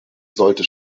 sollte